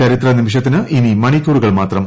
ചരിത്ര നിമിഷത്തിന് ഇനി മണിക്കൂറുകൾ മാത്രം